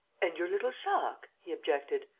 and your little jacques? he objected.